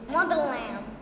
Motherland